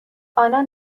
آنان